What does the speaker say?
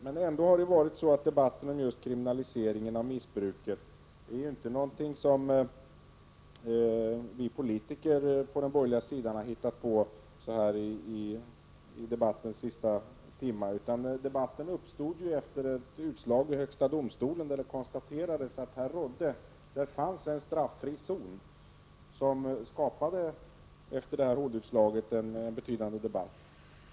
Men debatten om kriminalisering av missbruket är inte någonting som vi politiker på den borgerliga sidan har hittat på så här i debattens sista timmar. Debatten uppstod efter ett utslag i högsta domstolen, där det konstaterades att det fanns en straffri zon. HD-utslaget skapade således en betydande debatt.